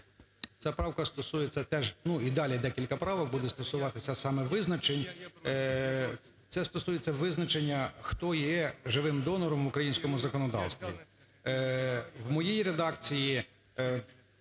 Ця правка стосується теж, і далі декілька правок, будуть стосуватися саме визначень. Це стосується визначення, хто є живим донором в українському законодавстві. В моїй редакції…